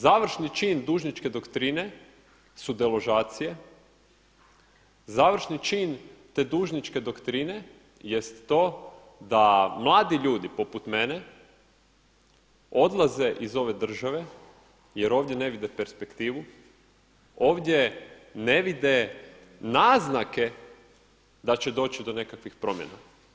Završni cilj dužničke doktrine su deložacije, završni čin te dužničke doktrine jest to da mladi ljudi poput mene odlaze iz ove države jer ovdje ne vide perspektivu, ovdje ne vide naznake da će doći do nekakvih promjena.